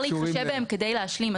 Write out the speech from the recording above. דברים שאפשר להתחשב בהם כדי להשלים.